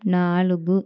నాలుగు